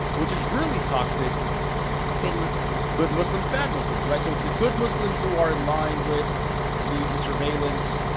which is really toxic good muslim good muslims, bad muslims right? so it's the good muslims who are in line with the the surveillance,